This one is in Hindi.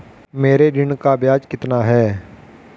मेरे ऋण का ब्याज कितना है?